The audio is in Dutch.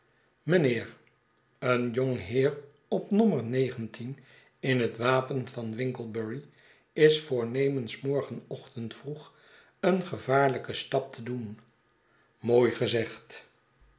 mynheer een jong heer op nommer negentien in het wapen van winglebury is voornemens morgenochtend vroeg een gevaarlijken stap te doen mooi gezegd